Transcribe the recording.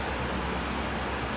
like tribute gitu